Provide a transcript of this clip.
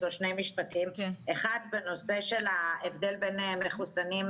האמת היא שלא צריך להגיע לסגר,